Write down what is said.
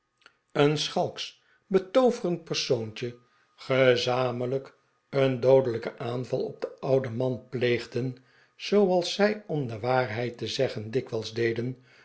een schalksch betooverend persoontje gede pick wick club zamenlijk een doodelijken aanval op den ouden man pleegden zooals zij om de waarheid te zeggen dikwijls deden